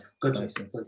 good